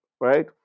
right